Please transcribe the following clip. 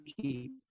keep